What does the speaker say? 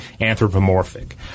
anthropomorphic